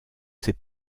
ses